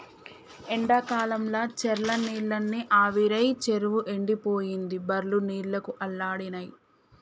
ఎండాకాలంల చెర్ల నీళ్లన్నీ ఆవిరై చెరువు ఎండిపోయింది బర్లు నీళ్లకు అల్లాడినై